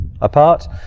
apart